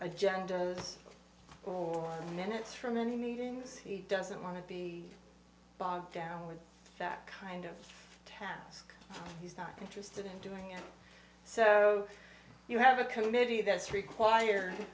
agenda of minutes from any meetings he doesn't want to be bogged down with that kind of task he's not interested in doing and so you have a committee that's required